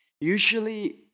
Usually